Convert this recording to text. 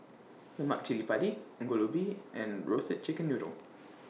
Lemak Cili Padi Ongol Ubi and Roasted Chicken Noodle